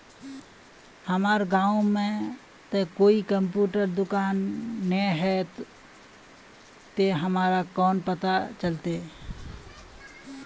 हमर गाँव में ते कोई कंप्यूटर दुकान ने है ते हमरा केना पता चलते है?